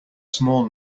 small